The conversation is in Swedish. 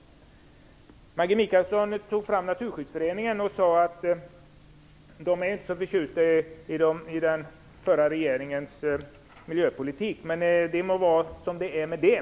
Maggi Mikaelsson sade att Naturskyddsföreningen inte var så förtjust i den förra regeringens miljöpolitik. Det må vara som det är med det.